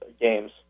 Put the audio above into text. games